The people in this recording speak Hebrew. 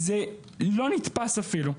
זה לא נתפס אפילו.